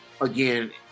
again